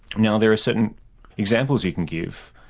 now there are certain examples you can give,